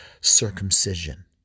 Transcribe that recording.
circumcision